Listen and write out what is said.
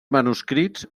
manuscrits